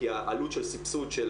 כי העלות של סבסוד של